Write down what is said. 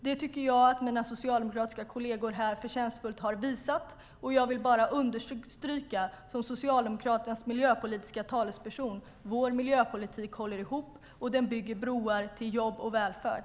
Detta tycker jag att mina socialdemokratiska kolleger förtjänstfullt har visat här, och jag vill bara som Socialdemokraternas miljöpolitiska talesperson understryka att vår miljöpolitik håller ihop och bygger broar till jobb och välfärd.